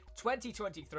2023